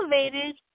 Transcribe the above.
elevated